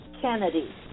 Kennedy